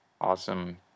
awesome